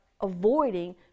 avoiding